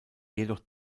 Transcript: jedoch